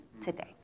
today